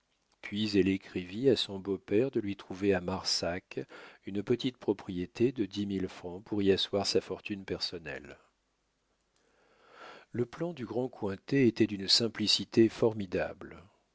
puis elle écrivit à son beau-père de lui trouver à marsac une petite propriété de dix mille francs pour y asseoir sa fortune personnelle le plan du grand cointet était d'une simplicité formidable